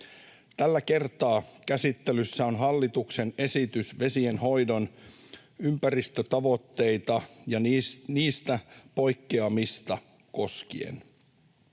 Tällä kertaa käsittelyssä on hallituksen esitys koskien vesienhoidon ympäristötavoitteita ja niistä poikkeamista.